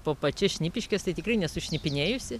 po pačias šnipiškės tai tikrai nesu šnipinėjusi